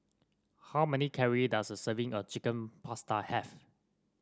how many calories does a serving of Chicken Pasta have